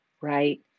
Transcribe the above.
right